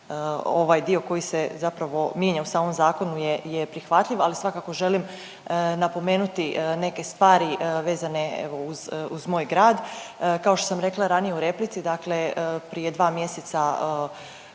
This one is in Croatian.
ovaj dio koji se zapravo mijenja u samom zakonu je prihvatljiv, ali svakako želim napomenuti neke stvari vezane evo uz moj grad. Kao što sam rekla ranije u replici, dakle prije 2 mjeseca